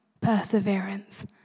perseverance